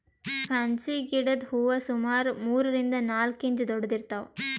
fancy ಗಿಡದ್ ಹೂವಾ ಸುಮಾರ್ ಮೂರರಿಂದ್ ನಾಲ್ಕ್ ಇಂಚ್ ದೊಡ್ಡದ್ ಇರ್ತವ್